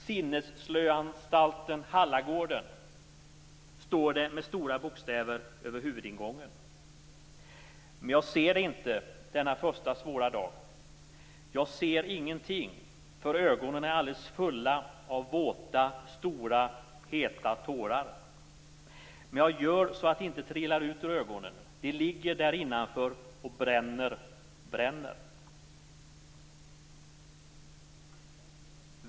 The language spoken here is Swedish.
Sinnesslöanstalten Hallagården står det med stora bokstäver över huvudingången, men jag ser det inte denna första svåra dag. Jag ser ingenting, för ögonen är alldeles fulla av våta stora heta tårar. Men jag gör så de inte trillar ut ur ögonen, de ligger därinnanför och bränner, bränner.